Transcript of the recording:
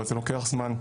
אבל זה לוקח זמן.